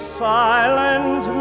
silent